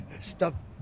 stop